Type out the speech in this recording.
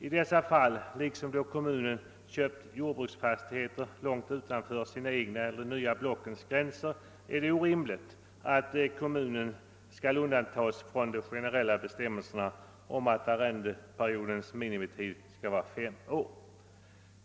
I dessa fall, liksom då kommuner köpt jordbruksfastigheter långt utanför sina egna eller de nya blockens gränser, är det orimligt att kommunerna skall undantas från de generella bestämmelserna om att arrendeperiodens minimitid skall vara fem år.